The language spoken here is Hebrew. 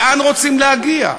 לאן רוצים להגיע?